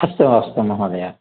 अस्तु अस्तु महोदय